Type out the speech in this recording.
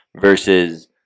versus